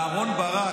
אהרן ברק,